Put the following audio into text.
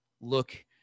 look